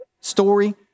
story